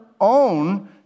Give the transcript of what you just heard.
own